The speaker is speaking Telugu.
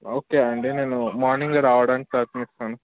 ఓకే అండి నేను మార్నింగ్ రావడానికి ప్రయత్నిస్తాను